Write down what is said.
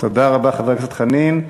תודה רבה, חבר הכנסת חנין.